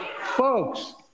Folks